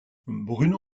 bruno